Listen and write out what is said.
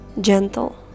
gentle